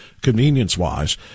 convenience-wise